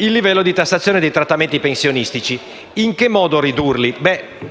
il livello di tassazione dei trattamenti pensionistici. Ridurli in che modo?